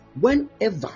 Whenever